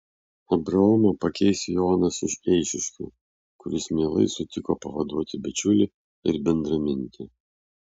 abraomą pakeis jonas iš eišiškių kuris mielai sutiko pavaduoti bičiulį ir bendramintį